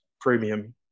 premium